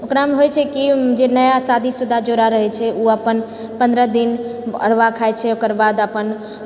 ओकरामे होइत छै कि जे नया शादीशुदा जोड़ा रहैत छैओ अपन पन्द्रह दिन अरवा खाए छै ओकर बाद अपन